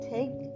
Take